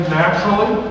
naturally